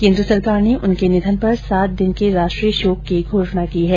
केन्द्र सरकार ने उनके निधन पर सात दिन के राष्ट्रीय शोक की घोषणा की है